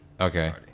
Okay